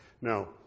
Now